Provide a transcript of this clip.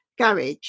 garage